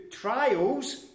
trials